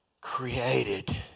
created